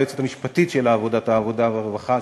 היועצת המשפטית של ועדת העבודה והרווחה,